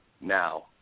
now